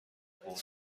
برد